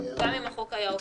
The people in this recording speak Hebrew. גם אם החוק היה עובר אליך.